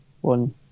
one